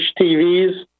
TVs